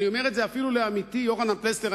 אני אומר את זה אפילו לעמיתי יוחנן פלסנר.